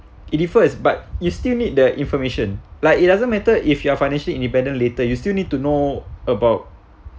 it it first but you still need the information like it doesn't matter if you are financially independent later you still need to know about